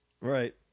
right